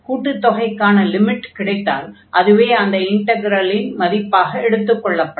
கூட்டுத் தொகைக்கான லிமிட் கிடைத்தால் அதுவே அந்த இன்டக்ரலின் மதிப்பாக எடுத்துக் கொள்ளப்படும்